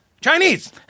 Chinese